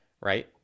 right